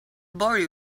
boy